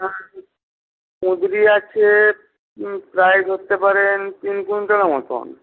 কুঁদরি আছে প্রায় ধরতে পারেন তিন কুইন্টালের মতো